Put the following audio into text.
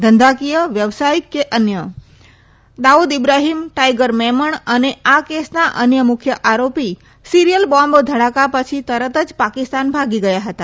ધંધાકીય વ્યવસાયિક કે અન્ય દાઉદ ઇબ્રાહીમ ટાઇગર મેમણ અને આ કેસના અન્ય મુખ્ય આરોપી સીરીયલ બોમ્બ ધડાકા પછી તરત જ પાકિસ્તાન ભાગી ગયા હતા